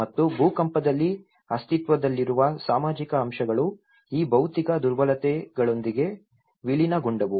ಮತ್ತು ಭೂಕಂಪದಲ್ಲಿ ಅಸ್ತಿತ್ವದಲ್ಲಿರುವ ಸಾಮಾಜಿಕ ಅಂಶಗಳು ಈ ಭೌತಿಕ ದುರ್ಬಲತೆಗಳೊಂದಿಗೆ ವಿಲೀನಗೊಂಡವು